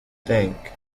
think